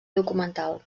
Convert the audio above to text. documental